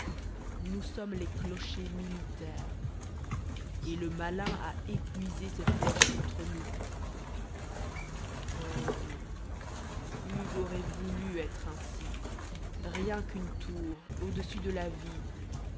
nous sommes les clochers militaires et le malin a épuisé ses flèches contre nous oh oui hugues aurait voulu être ainsi rien qu'une tour au-dessus de la vie